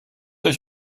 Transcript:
euch